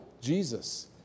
Jesus